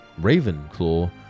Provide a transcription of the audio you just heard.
Ravenclaw